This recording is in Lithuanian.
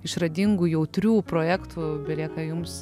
išradingų jautrių projektų belieka jums